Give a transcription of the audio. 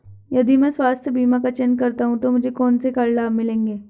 यदि मैं स्वास्थ्य बीमा का चयन करता हूँ तो मुझे कौन से कर लाभ मिलेंगे?